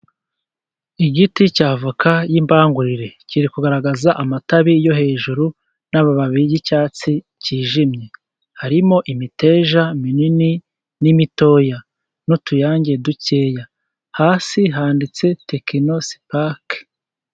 Igiti cy'avoka y'imbangurire, kiri kugaragaza amatabi yo hejuru, n'amababi y'icyatsi kijimye, harimo imiteja minini n'imitoya , n'utuyange dukeya, hasi handitse tekino sipake.